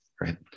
right